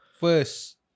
First